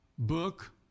book